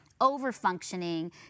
over-functioning